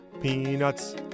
Peanuts